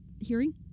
hearing